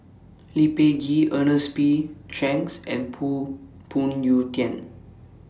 Lee Peh Gee Ernest P Shanks and Phoon Yew Tien